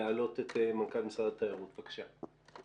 להעלות את מנכ"ל משרד התיירות, בבקשה.